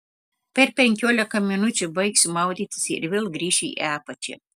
per penkiolika minučių baigsiu maudytis ir vėl grįšiu į apačią